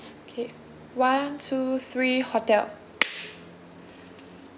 K one two three hotel